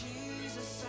Jesus